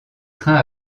trains